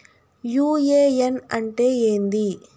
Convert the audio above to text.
UAN అంటే ఏంది?